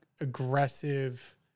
aggressive